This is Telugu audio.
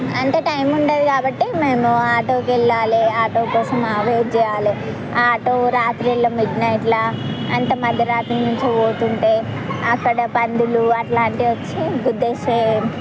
అంటే టైం ఉండదు కాబట్టి మేము ఆటోకు వెళ్ళాలి ఆటో కోసం వెయిట్ చేయాలి ఆటో రాత్రుల మిడ్నైట్లో అంత మధ్య రాత్రి నుంచి పోతు ఉంటే అక్కడ పందులు అలాంటివి వచ్చి గుద్దేసే